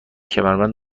کمربند